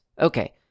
Okay